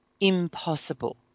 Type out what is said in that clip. impossible